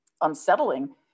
unsettling